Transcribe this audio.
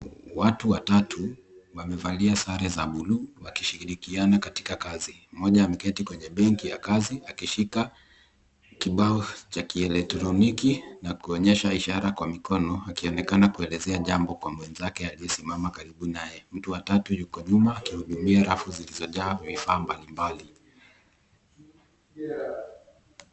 Watu watatu wamevalia sare za buluu wakishirikiana katika kazi, mmoja ameketi kwenye benki ya kazi akishika kibao cha kielektroniki na kuonyesha ishara kwa mikono akionekana kuelezea jambo kwa mwenzake aliyesimama karibu naye. Mtu wa tatu yuko nyuma akihudumia rafu zilizojaa vifaa mbalimbali.